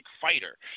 fighter